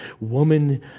woman